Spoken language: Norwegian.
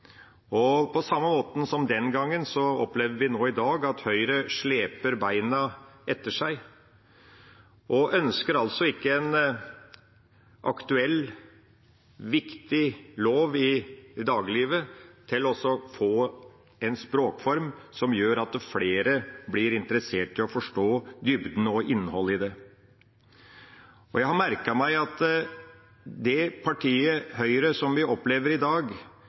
Og på samme måten som den gangen opplever vi nå i dag at Høyre sleper beina etter seg og altså ikke ønsker at en aktuell, viktig lov i dagliglivet skal få en språkform som flere blir interessert i å forstå dybden av og innholdet i. Jeg har merket meg at det partiet Høyre som vi opplever i dag,